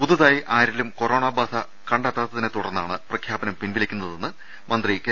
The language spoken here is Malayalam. പുതുതായി ആരിലും കൊറോണ ബാധ കണ്ടെത്താത്തതിനെ തുടർന്നാണ് പ്രഖ്യാപനം പിൻവലിക്കുന്നതെന്ന് മന്ത്രി കെ